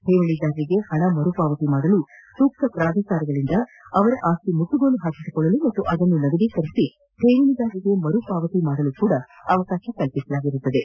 ಠೇವಣೆದಾರರಿಗೆ ಹಣ ಮರುಪಾವತಿ ಮಾಡಲು ಸೂಕ್ತ ಪ್ರಾಧಿಕಾರಗಳಿಂದ ಅವರ ಆಸ್ತಿ ಮುಟ್ನುಗೋಲು ಹಾಕಿಕೊಳ್ಳಲು ಮತ್ತು ಅದನ್ನು ನಗದೀಕರಿಸಿ ಠೇವಣಿದಾರರಿಗೆ ಮರುಪಾವತಿಸಲು ಅವಕಾಶ ಕಲ್ಸಿಸುತ್ತದೆ